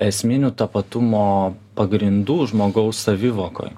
esminių tapatumo pagrindų žmogaus savivokoj